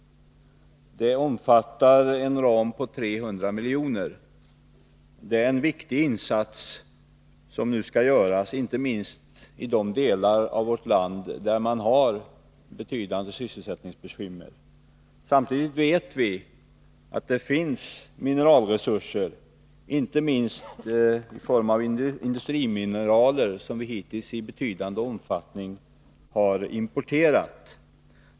Det omfattar en ram på 300 milj.kr. Det är en viktig insats som nu skall göras, framför allt i de delar av vårt land där man har betydande sysselsättningsbekymmer. Vi vet att det finns mineralresurser, inte minst i form av industrimineraler, som vi hittills i betydande omfattning har importerat.